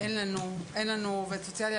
אין לנו עובד סוציאלי ערבי.